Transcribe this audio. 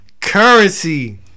Currency